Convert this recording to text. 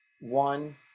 one